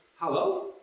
Hello